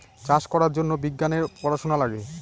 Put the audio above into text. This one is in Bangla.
চাষ করার জন্য বিজ্ঞানের পড়াশোনা লাগে